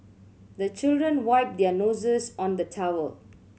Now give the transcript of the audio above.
the children wipe their noses on the towel